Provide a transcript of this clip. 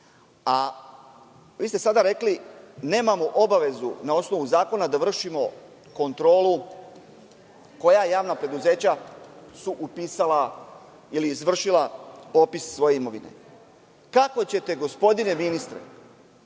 Vi ste sada rekli – nemamo obavezu na osnovu zakona da vršimo kontrolu koja javna preduzeća su upisala ili izvršila popis svoje imovine. Kako ćete, gospodine ministre,